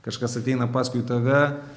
kažkas ateina paskui tave